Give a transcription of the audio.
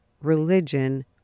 religion